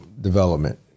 development